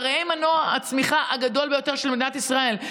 הרי הם מנוע הצמיחה הגדול ביותר של מדינת ישראל,